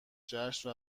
جشن